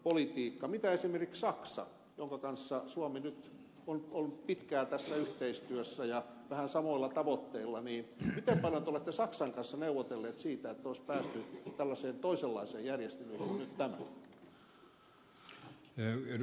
esimerkiksi saksa jonka kanssa suomi nyt on pitkään tässä yhteistyössä ja vähän samoilla tavoitteilla miten paljon te olette saksan kanssa neuvotelleet siitä että olisi päästy tällaiseen toisenlaiseen järjestelyyn kuin nyt tämä